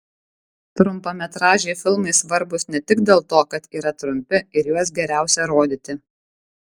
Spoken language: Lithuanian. trumpametražiai filmai svarbūs ne tik dėl to kad yra trumpi ir juos geriausia rodyti